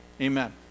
Amen